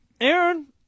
Aaron